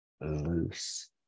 loose